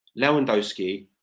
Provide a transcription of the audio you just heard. Lewandowski